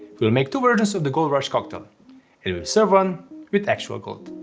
we'll make two versions of the gold rush cocktails and serve one with actual gold.